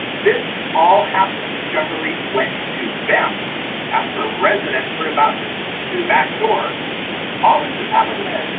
this all happened with cheverly went to them after a resident heard about this through the back door all this has happened there.